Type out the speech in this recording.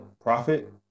profit